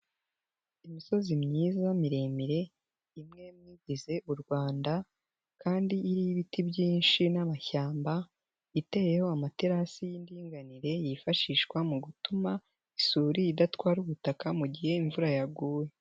Imisozi myiza miremire imwe muyigize u Rwanda kandi iriho ibiti byinshi n'amashyamba, iteyeho amaterasi y'indinganire yifashishwa mu gutuma isuri idatwara ubutaka mu igihe imvura yaguye,